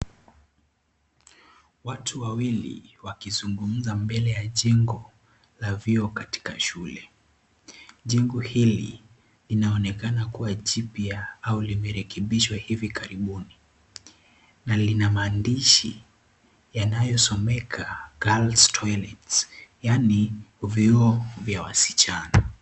Watu wawili wakizungumza mbele ya jengo la vyoo katika shule. Jengo hili linaonekana kuwa jipya au limerekebishwa hivi karibuni na lina maandishi yanayosomeka girls' toilets yaani vyoo vya wasichana.